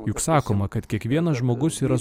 juk sakoma kad kiekvienas žmogus yra